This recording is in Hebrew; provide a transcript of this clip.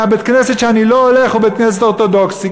בית-הכנסת שאני לא הולך אליו הוא בית-כנסת אורתודוקסי.